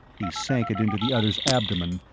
he sank it into the other's abdomen,